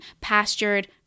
pastured